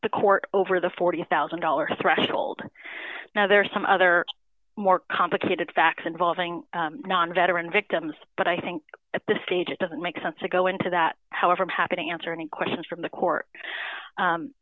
the court over the forty thousand dollars threshold now there are some other more complicated facts involving non veteran victims but i think at this stage it doesn't make sense to go into that however i'm happy to answer any questions from the court